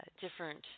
different